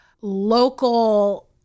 local